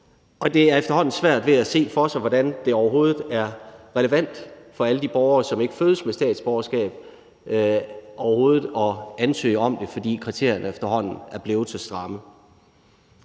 og man har efterhånden svært ved at se for sig, hvordan det overhovedet er relevant for alle de borgere, som ikke fødes med statsborgerskab, at ansøge om det, for kriterierne er efterhånden blevet så stramme.